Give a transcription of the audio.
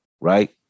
right